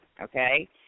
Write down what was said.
okay